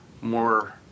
more